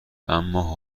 اما